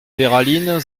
peyralines